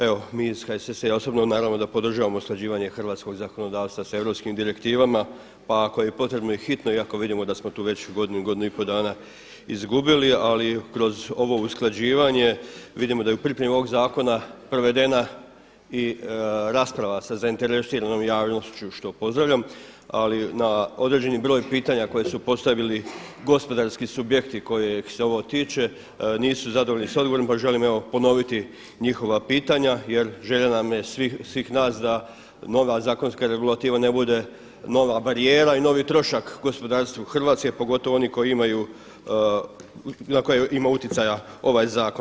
Evo mi iz HSS-a i ja osobno naravno da podržavamo usklađivanje hrvatskog zakonodavstva sa europskim direktivama pa ako je potrebno i hitno iako vidimo da smo tu već godinu, godinu i pol dana izgubili ali kroz ovo usklađivanje vidimo da je u pripremi ovog zakona provedena i rasprava sa zainteresiranom javnošću što pozdravljam, ali na određeni broj pitanja koja su postavili gospodarski subjekti kojih se ovo tiče nisu zadovoljni s odgovorom, pa želim evo ponoviti njihova pitanja jer želja nam je svih nas da nova zakonska regulativa ne bude nova barijera i novi trošak gospodarstvu Hrvatske pogotovo oni koji imaju na koje ima utjecaja ovaj zakon.